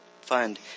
fund